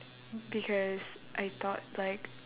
because I thought like